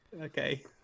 Okay